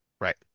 Right